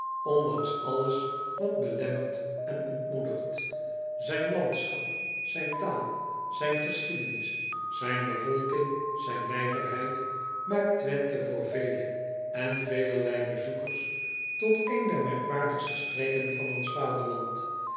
ondanks alles wat belemmert en ontmoedigt ijn landschap zijn taal zijn geschiedenis zijn bevolking zijn nijverheid maakt wenthe voor vele en velerlei bezoekers tot een der merkwaardigste streken van ons vaderland